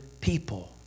people